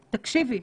תקשיבי,